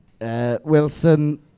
Wilson